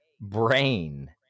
Brain